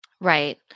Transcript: Right